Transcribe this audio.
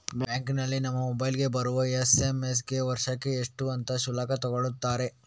ಬ್ಯಾಂಕಿನಲ್ಲಿ ನಮ್ಮ ಮೊಬೈಲಿಗೆ ಬರುವ ಎಸ್.ಎಂ.ಎಸ್ ಗೆ ವರ್ಷಕ್ಕೆ ಇಷ್ಟು ಅಂತ ಶುಲ್ಕ ತಗೊಳ್ತಾರೆ